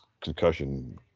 concussion